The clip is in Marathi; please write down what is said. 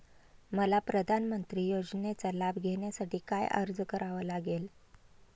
मला प्रधानमंत्री योजनेचा लाभ घेण्यासाठी काय अर्ज करावा लागेल?